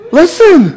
listen